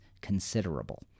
considerable